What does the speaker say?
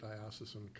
diocesan